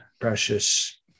precious